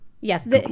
yes